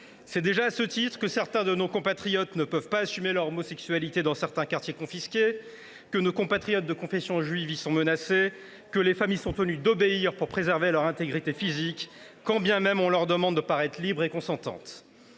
observe déjà que d’aucuns de nos compatriotes ne peuvent assumer leur homosexualité dans certains quartiers confisqués, que nos compatriotes de confession juive y sont menacés, que les femmes y sont tenues d’obéir pour préserver leur intégrité physique, quand bien même on leur demande de paraître libres et consentantes.